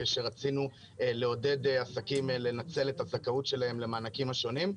כשרצינו לעודד עסקים לנצל את הזכאות שלהם למענקים השונים.